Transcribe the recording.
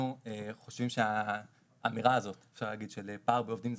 אנחנו חושבים שהאמירה הזאת על פער בעובדים היא